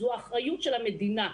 זו אחריות של המדינה.